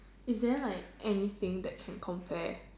is there like anything that can compare